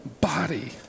body